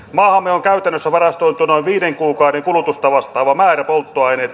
maahamme on käytännössä varastoitu noin viiden kuukauden kulutusta vastaava määrä polttoaineita